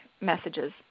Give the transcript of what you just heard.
messages